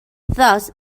thus